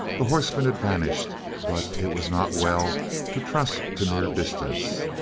the horseman had vanished but it was not well to trust to mere distance.